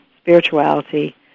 spirituality